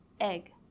Egg